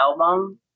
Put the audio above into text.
album